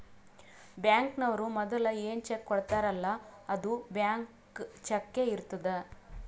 ಬ್ಯಾಂಕ್ನವ್ರು ಮದುಲ ಏನ್ ಚೆಕ್ ಕೊಡ್ತಾರ್ಲ್ಲಾ ಅದು ಬ್ಲ್ಯಾಂಕ್ ಚಕ್ಕೇ ಇರ್ತುದ್